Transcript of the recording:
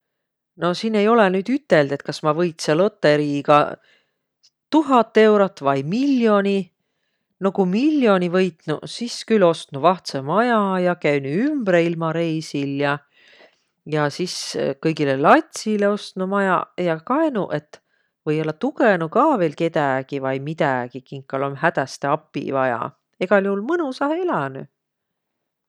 No siin ei olõq nüüd üteld, kas ma võitsõ lotõriiga tuhat eurot vai mill'oni. No ku miil'oni võitnuq, sis külh ostnuq vahtsõ maja ja käünüq ümbreilmareisil ja. Ja sis kõigilõ latsilõ ostnuq majaq ja kaenuq, et või-ollaq tugõnuq ka viil kedägi vai midägi, kinkal om hädäste api vaja. Egäl juhul mõnusahe elänüq.